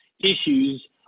issues